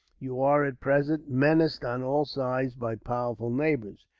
you are, at present, menaced on all sides by powerful neighbours.